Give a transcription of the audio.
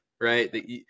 right